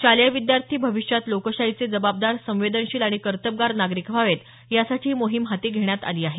शालेय विद्यार्थी भविष्यात लोकशाहीचे जबाबदार संवेदनशील आणि कर्तबगार नागरिक व्हावेत यासाठी ही मोहीम हाती घेण्यात आली आहे